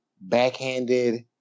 backhanded